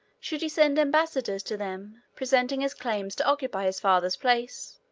should he send embassadors to them, presenting his claims to occupy his father's place?